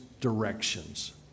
directions